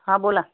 हां बोला